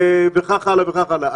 וכך הלאה, וכך הלאה.